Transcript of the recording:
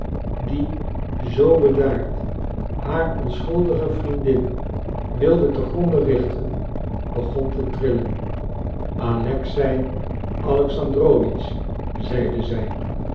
die zoo bedaard haar onschuldige vriendin wilde te gronde richten begonnen te trillen alexei alexandrowitsch zeide zij